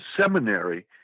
Seminary